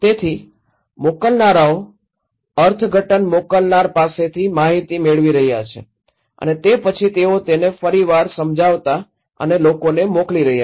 તેથી મોકલનારાઓ અર્થઘટન મોકલનાર પાસેથી માહિતી મેળવી રહ્યા છે અને તે પછી તેઓ તેને ફરી વાર સમજાવતા અને લોકોને મોકલી રહ્યા છે